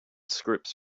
scripts